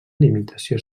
limitació